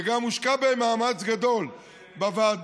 שגם מושקע בהן מאמץ גדול בוועדות.